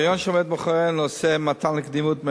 הרעיון שעומד מאחורי נושא מתן הקדימות,